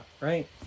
right